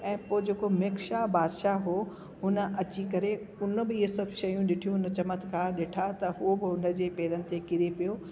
ऐं पोइ जेको मिक्शा बादशाह हुओ हुन अची करे उन बि ईअं सब शयूं ॾिठियूं हुन चमत्कार ॾिठा त उहो बि उन जे पेरनि ते किरी पियो